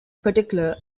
particular